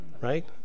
right